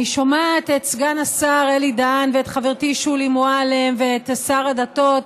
אני שומעת את סגן השר אלי בן-דהן ואת חברתי שולי מועלם ואת שר הדתות